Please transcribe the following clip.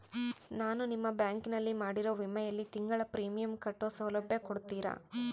ನಾನು ನಿಮ್ಮ ಬ್ಯಾಂಕಿನಲ್ಲಿ ಮಾಡಿರೋ ವಿಮೆಯಲ್ಲಿ ತಿಂಗಳ ಪ್ರೇಮಿಯಂ ಕಟ್ಟೋ ಸೌಲಭ್ಯ ಕೊಡ್ತೇರಾ?